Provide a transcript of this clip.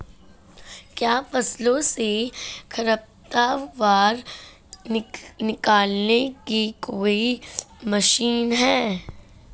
क्या फसलों से खरपतवार निकालने की कोई मशीन है?